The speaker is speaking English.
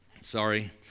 Sorry